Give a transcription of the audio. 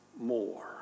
more